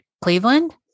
Cleveland